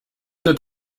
not